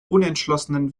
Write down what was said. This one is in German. unentschlossenen